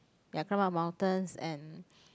ya climb up mountains and